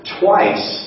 twice